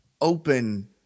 open